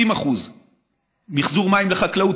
90% מחזור מים לחקלאות,